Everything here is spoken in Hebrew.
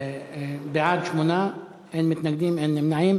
בעד, 8, אין מתנגדים, אין נמנעים.